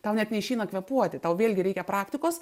tau net neišeina kvėpuoti tau vėlgi reikia praktikos